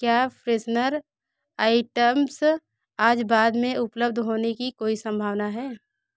क्या freshener items आज बाद में उपलब्ध होने की कोई संभावना है